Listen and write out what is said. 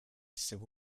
civil